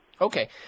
Okay